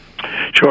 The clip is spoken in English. Sure